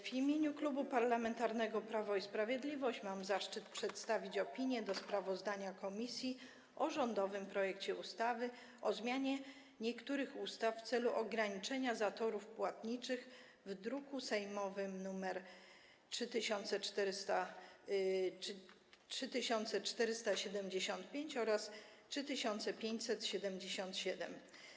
W imieniu Klubu Parlamentarnego Prawo i Sprawiedliwość mam zaszczyt przedstawić opinię w sprawie sprawozdania komisji o rządowym projekcie ustawy o zmianie niektórych ustaw w celu ograniczenia zatorów płatniczych, druki sejmowe nr 3475 oraz 3577.